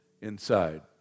inside